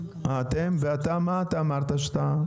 ואתה מה אמרת שאת?